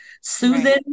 Susan